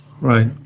right